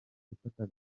gufata